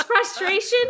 Frustration